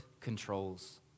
controls